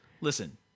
Listen